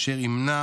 אשר ימנע